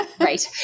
right